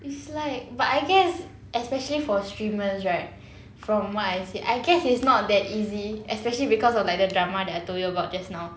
it's like but I guess especially for streamers right from what I see I guess it's not that easy especially because of like the drama that I told you about just now